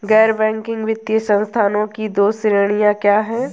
गैर बैंकिंग वित्तीय संस्थानों की दो श्रेणियाँ क्या हैं?